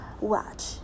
watch